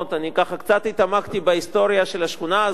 אני קצת התעמקתי בהיסטוריה של השכונה הזאת.